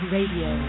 Radio